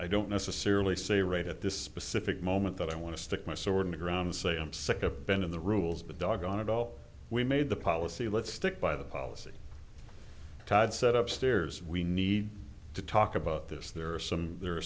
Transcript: i don't necessarily say right at this specific moment that i want to stick my sword around and say i'm sick of bending the rules but doggone it all we made the policy let's stick by the policy todd set up stairs we need to talk about this there are some there are